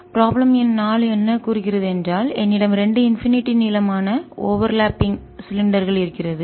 problem எண் 4 என்ன கூறுகிறது என்றால் என்னிடம் 2 இன்பினிட்டி நீளமான ஓவர்லாப்பிங் ஒன்றுடன் ஒன்று சிலிண்டர்கள் உருளை இருக்கிறது